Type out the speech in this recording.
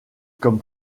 comme